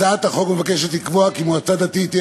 הצעת החוק מבקשת לקבוע כי מועצה דתית תהיה